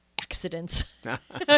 accidents